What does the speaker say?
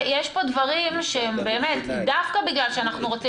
יש פה דברים שהם באמת דווקא בגלל שאנחנו רוצים